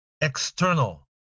external